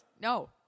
No